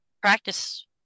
practice